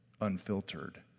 unfiltered